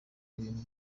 ibintu